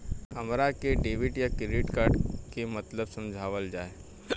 हमरा के डेबिट या क्रेडिट कार्ड के मतलब समझावल जाय?